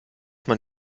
man